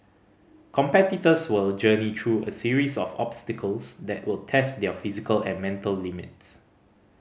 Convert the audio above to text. competitors will journey through a series of obstacles that will test their physical and mental limits